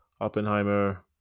Oppenheimer